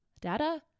data